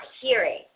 hearing